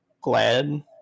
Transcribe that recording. Glad